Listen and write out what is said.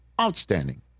Outstanding